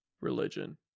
religion